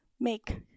make